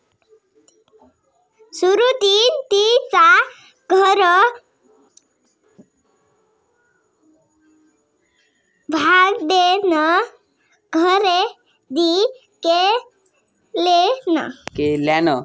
सुकृतीन तिचा घर भाड्यान खरेदी केल्यान